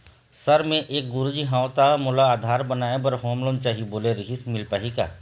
Sir मे एक गुरुजी हंव ता मोला आधार बनाए बर होम लोन चाही बोले रीहिस मील पाही का?